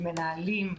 עם מנהלים,